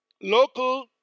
local